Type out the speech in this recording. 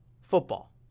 football